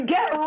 Get